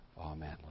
Amen